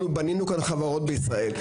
אנחנו בנינו כאן חברות בישראל,